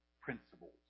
principles